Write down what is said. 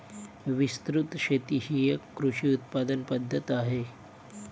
विस्तृत शेती ही एक कृषी उत्पादन पद्धत आहे